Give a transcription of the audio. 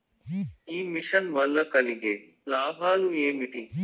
ఈ మిషన్ వల్ల కలిగే లాభాలు ఏమిటి?